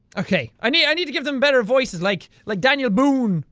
ok, i need i need to give them better voices. like, like daniel boon,